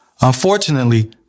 Unfortunately